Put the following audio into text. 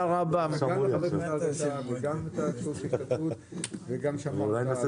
שאינו שירות הדפסת דבר דואר ואינו שירות